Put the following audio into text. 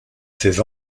ses